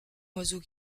oiseau